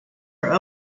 are